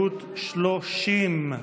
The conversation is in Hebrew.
30,